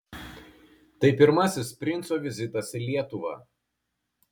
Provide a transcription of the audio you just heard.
tai pirmasis princo vizitas į lietuvą